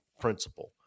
principle